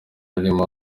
arimo